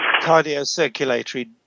cardiocirculatory